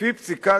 לפי פסיקת